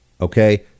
okay